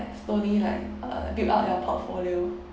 slowly like uh build up your portfolio